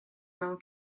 mewn